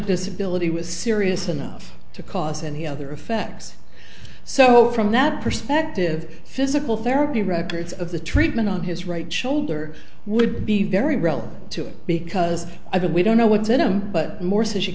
disability was serious enough to cause any other effects so from that perspective physical therapy records of the treatment on his right shoulder would be very real to him because i believe don't know what's in him but more